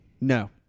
No